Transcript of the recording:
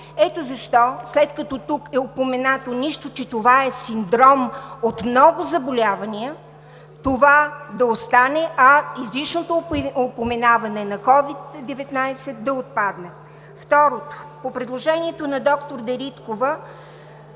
Ето защо след като тук е упоменато – нищо че това е синдром от много заболявания, това да остане, а изричното упоменаване на COVID-19 да отпадне. (Реплики.) Второ, по предложението на доктор Дариткова.